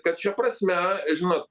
kad šia prasme žinot